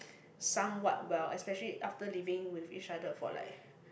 somewhat well especially after living with each other for like